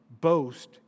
boast